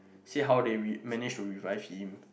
see how they re~ manage to revive him